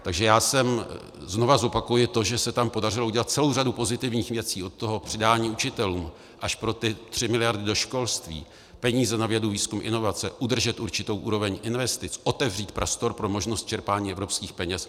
Takže znovu zopakuji to, že se tam podařilo udělat celou řadu pozitivních věcí od toho přidání učitelům až po ty 3 mld. do školství, peníze na vědu, výzkum a inovace, udržet určitou úroveň investic, otevřít prostor pro možnost čerpání evropských peněz.